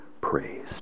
praised